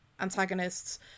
antagonists